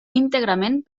íntegrament